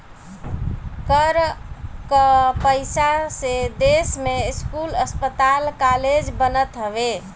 कर कअ पईसा से देस में स्कूल, अस्पताल कालेज बनत हवे